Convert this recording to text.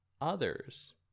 others